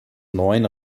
neuen